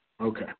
Okay